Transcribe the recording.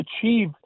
achieve